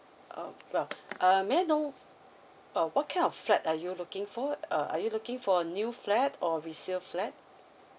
uh well um may I know uh what kind of flat are you looking for uh are you looking for a new flat or resale flat